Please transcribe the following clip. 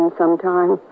sometime